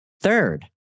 Third